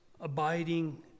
abiding